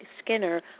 Skinner